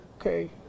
okay